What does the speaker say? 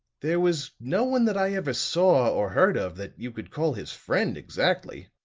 there was no one that i ever saw or heard of that you could call his friend, exactly,